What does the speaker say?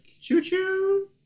Choo-choo